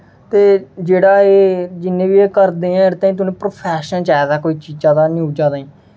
ते जेह्ड़ा एह् जि'यां बी करदे ऐं एह्दे ताहीं उ'नें गी प्रोफेशन चाहिदा कोई चीज़ा दा न्यूज़ा ताहीं